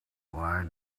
why